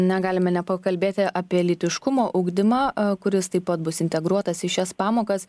negalime nepakalbėti apie lytiškumo ugdymą kuris taip pat bus integruotas į šias pamokas